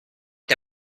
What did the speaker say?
est